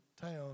town